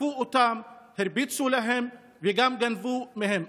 תקפו אותם, הרביצו להם וגם גנבו מהם.